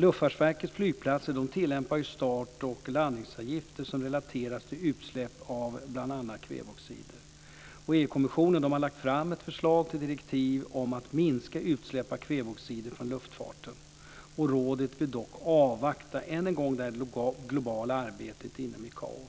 Luftfartsverkets flygplatser tillämpar ju start och landningsavgifter som relateras till utsläpp av bl.a. kväveoxider. EU-kommissionen har lagt fram ett förslag till direktiv om att minska utsläppen av kväveoxider från luftfarten. Rådet vill dock avvakta, än en gång, det globala arbetet inom ICAO.